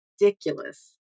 ridiculous